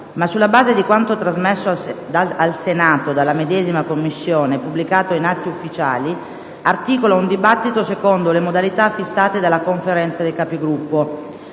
ma, sulla base di quanto trasmesso al Senato dalla medesima Commissione e pubblicato in atti ufficiali, articola un dibattito secondo le modalità fissate dalla Conferenza dei Capigruppo,